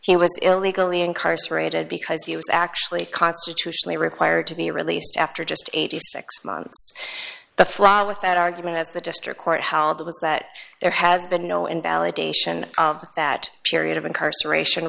he was illegally incarcerated because he was actually constitutionally required to be released after just eighty six months the flour with that argument as the district court held was that there has been no invalidation of that period of incarceration